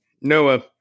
Noah